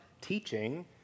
teaching